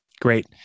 Great